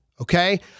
okay